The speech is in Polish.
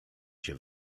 się